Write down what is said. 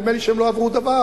ונדמה לי שהם לא עברו על דבר,